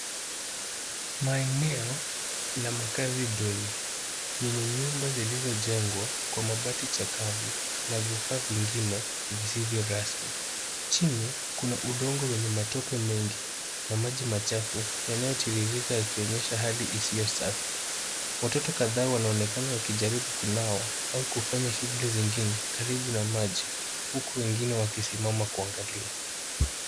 Maeneo la makazi duni yenye nyumba zilizojengwa kwa mabati chakavu na vifaa vingine visivyo rasmi. Chini, kuna udongo wenye matope mengi na maji machafu yayotiririka, yakionyesha hali isiyo safi. Watoto kadhaa wanaonekana wakijaribu kunawa au kufanya shughuli zingine karibu na maji, huku wengine wakisimama kuangalia.